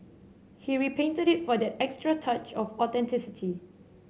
he repainted it for that extra touch of authenticity